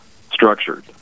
structured